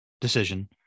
decision